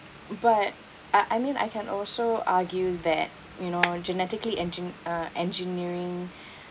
but I I mean I can also argue that you know genetically engin~ uh engineering